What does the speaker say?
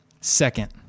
second